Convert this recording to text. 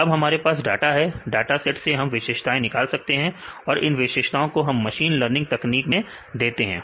अब हमारे पास डाटा है डाटा सेट से हम विशेषताएं निकालते हैं और इन विशेषताओं को हम मशीन लर्निंग तकनीक में देते हैं